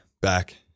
back